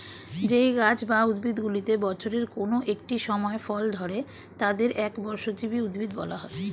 যেই গাছ বা উদ্ভিদগুলিতে বছরের কোন একটি সময় ফল ধরে তাদের একবর্ষজীবী উদ্ভিদ বলা হয়